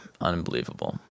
unbelievable